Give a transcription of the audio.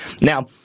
now